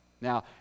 Now